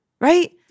right